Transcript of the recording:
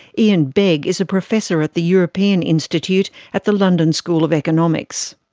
iain begg is a professor at the european institute at the london school of economics.